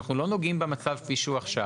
אנחנו לא נוגעים במצב כפי שהוא עכשיו,